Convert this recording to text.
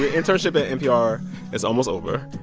your internship ah npr is almost over.